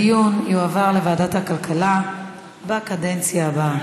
הדיון יועבר לוועדת הכלכלה בקדנציה הבאה.